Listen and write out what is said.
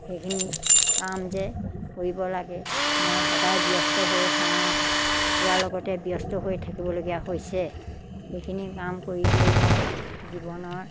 সেইখিনি কাম যে কৰিব লাগে মই সদায় ব্যস্ত হৈ হাঁহ কুকুৰাৰ লগতে ব্যস্ত হৈ থাকিবলগীয়া হৈছে সেইখিনি কাম কৰি কৰি মই জীৱনৰ